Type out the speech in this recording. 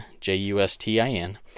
J-U-S-T-I-N